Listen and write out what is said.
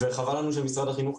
חבל לנו שמשרד החינוך,